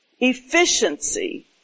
Efficiency